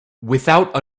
without